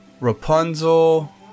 Rapunzel